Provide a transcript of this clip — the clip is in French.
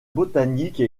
botanique